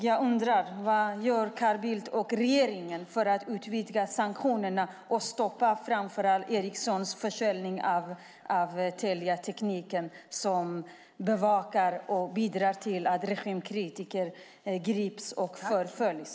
Jag undrar: Vad gör Carl Bildt och regeringen för att utvidga sanktionerna och stoppa framför allt Ericssons försäljning av teleteknik som bidrar till att regimkritiker övervakas, grips och förföljs?